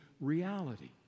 reality